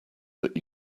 that